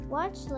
Watch